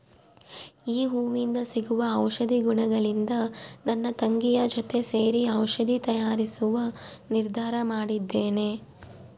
ಈ ಹೂವಿಂದ ಸಿಗುವ ಔಷಧಿ ಗುಣಗಳಿಂದ ನನ್ನ ತಂಗಿಯ ಜೊತೆ ಸೇರಿ ಔಷಧಿ ತಯಾರಿಸುವ ನಿರ್ಧಾರ ಮಾಡಿದ್ದೇನೆ